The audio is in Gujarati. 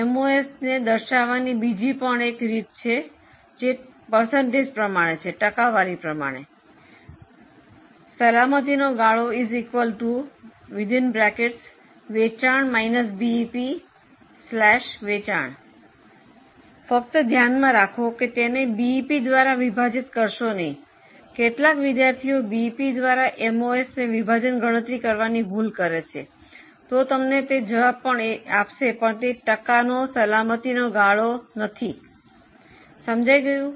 એમઓએસને દર્શાવવાની બીજી રીત ટકામાં છે સલામતી નો ગાળો વેચાણ બીઇપી વેચાણ ફક્ત ધ્યાનમાં રાખો કે તેને બીઈપી દ્વારા વિભાજિત કરશો નહીં કેટલાક વિદ્યાર્થીઓ બીઈપી દ્વારા એમઓએસ વિભાજન ગણતરી કરવાનો ભૂલ કરે છે તે તમને જવાબ પણ આપશે પરંતુ તે ટકાનો સલામતી નો ગાળો નથી સમઝાઈ ગયું